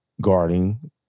guarding